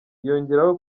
yongeraho